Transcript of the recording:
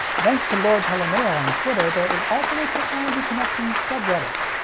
thanks to lord telaneo on twitter, there is also a technology connections subreddit.